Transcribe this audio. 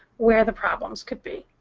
where the problems could be.